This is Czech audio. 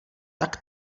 tak